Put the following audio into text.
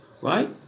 right